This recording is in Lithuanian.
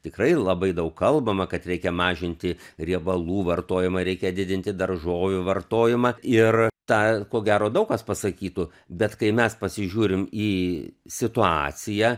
tikrai labai daug kalbama kad reikia mažinti riebalų vartojimą reikia didinti daržovių vartojimą ir tą ko gero daug kas pasakytų bet kai mes pasižiūrime į situaciją